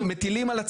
מטילים עלינו,